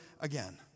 again